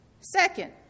second